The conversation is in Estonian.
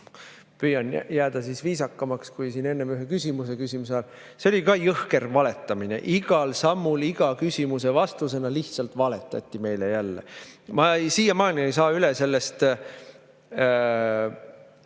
püüan jääda viisakamaks kui siin enne ühe küsimuse küsimise ajal: see oli ka jõhker valetamine. Igal sammul, iga küsimuse vastusena lihtsalt valetati meile jälle. Ma siiamaani ei saa üle sellest